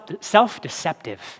self-deceptive